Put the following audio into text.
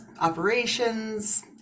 operations